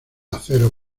acero